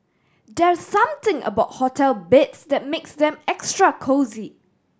there's something about hotel beds that makes them extra cosy